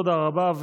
תודה רבה.